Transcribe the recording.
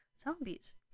zombies